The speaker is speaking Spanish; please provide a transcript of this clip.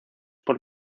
por